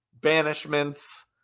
banishments